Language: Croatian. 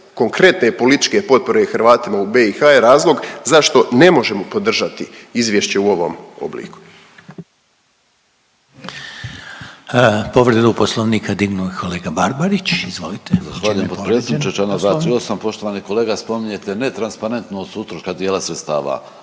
konkretne političke potpore Hrvatima u BiH je razlog zašto ne možemo podržati izvješće u ovom obliku.